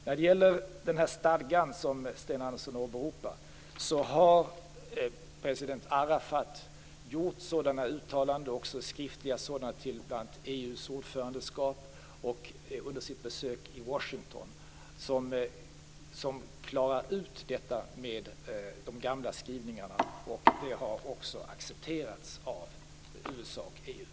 När det gäller stadgan som Sten Andersson åberopar har president Arafat gjort uttalanden, också skriftliga sådana till bl.a. EU:s ordförandeskap och under sitt besök i Washington, som klarar ut detta med de gamla skrivningarna. Det har också accepterats av USA och EU.